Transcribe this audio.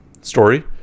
story